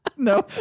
No